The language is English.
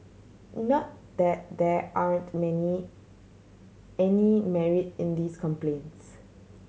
not that there aren't many any merit in these complaints